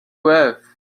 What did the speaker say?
worth